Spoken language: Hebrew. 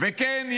וכן,